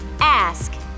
Ask